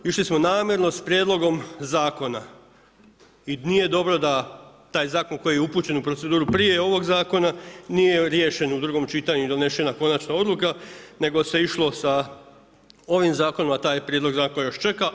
Išli smo namjerno s prijedlogom zakona i nije dobro da taj zakon koji je upućen u proceduru prije ovog zakona nije riješen u drugom čitanju i donešena konačna odluka nego se išlo sa ovim zakonom, a taj prijedlog zakona još čeka.